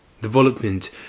Development